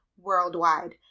worldwide